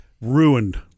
ruined